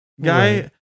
guy